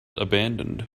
abandoned